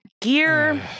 gear